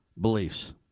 beliefs